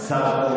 אציין,